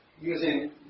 using